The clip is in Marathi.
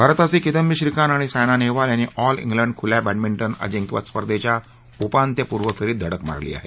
भारताचे किदम्बी श्रीकांत आणि सायना नेहवाल यांनी ऑल इंग्लंड खुल्या बॅडमिंटन अजिंक्यपद स्पर्धेच्या उपांत्यपूर्व फेरीत धडक मारली आहे